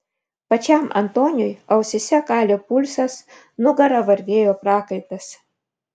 pačiam antoniui ausyse kalė pulsas nugara varvėjo prakaitas